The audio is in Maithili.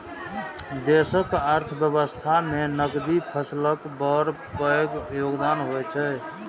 देशक अर्थव्यवस्था मे नकदी फसलक बड़ पैघ योगदान होइ छै